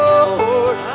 Lord